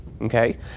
Okay